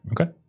Okay